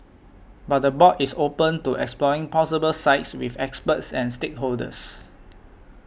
but the board is open to exploring possible sites with experts and stakeholders